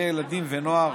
ערי ילדים ונוער